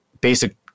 basic